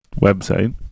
website